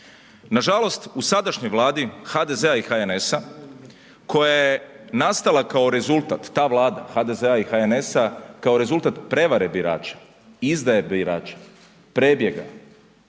Nažalost u sadašnjoj Vladi HDZ-a i HNS-a koja je nastala kao rezultat, ta Vlada HDZ-a i HNS-a, kao rezultat prevare birača, izdaje birača, prebjega,